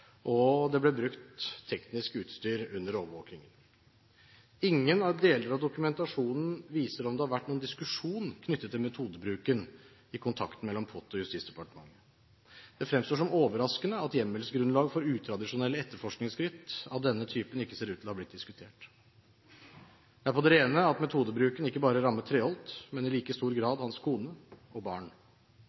og det ble brukt teknisk utstyr under overvåkingen. Ingen deler av dokumentasjonen viser at det har vært noen diskusjon knyttet til metodebruken i kontakten mellom POT og Justisdepartementet. Det fremstår som overraskende at hjemmelsgrunnlaget for utradisjonelle etterforskningsskritt av denne typen ikke ser ut til å ha blitt diskutert. Det er på det rene at metodebruken ikke bare rammet Treholt, men i like stor grad hans kone og barn.